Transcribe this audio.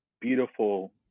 beautiful